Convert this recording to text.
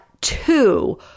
two